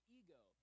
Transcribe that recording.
ego